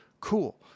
Cool